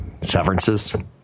severances